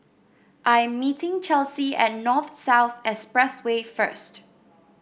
I'm meeting Chelsey at North South Expressway first